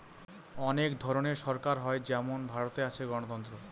অনেক ধরনের সরকার হয় যেমন ভারতে আছে গণতন্ত্র